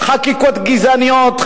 חקיקות גזעניות,